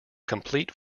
complete